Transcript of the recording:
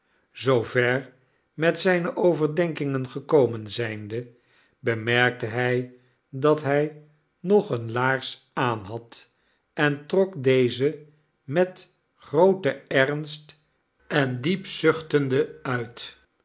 met zijne overdenkingen gekomen zijnde bemerkte hij dat hij nog eene laars aan had en trok deze met grooten ernst en diep zuchtende uit